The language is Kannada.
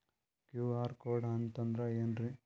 ಕ್ಯೂ.ಆರ್ ಕೋಡ್ ಅಂತಂದ್ರ ಏನ್ರೀ?